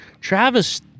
Travis